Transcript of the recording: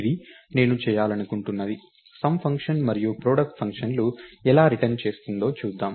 ఇది నేను చేయాలనుకుంటున్నది సమ్ ఫంక్షన్ మరియు ప్రాడక్ట్ ఫంక్షన్ లు ఎలా రిటర్న్ చేస్తుందో చూద్దాం